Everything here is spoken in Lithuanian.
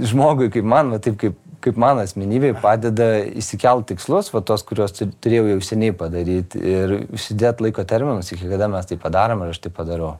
žmogui kaip man va taip kaip kaip mano asmenybei padeda išsikelt tikslus va tuos kuriuos turėjau jau seniai padaryt ir užsėdėt laiko terminus iki kada mes tai padarom ir aš tai padarau